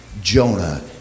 Jonah